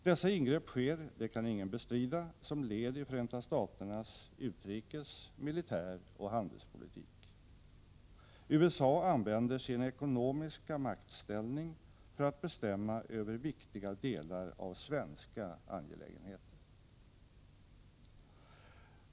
Dessa ingrepp är — det kan ingen bestrida — ett led i Förenta Staternas utrikes-, militäroch handelspolitik. USA använder sin ekonomiska maktställning för att bestämma över viktiga delar av svenska angelägenheter.